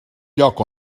lloc